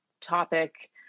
topic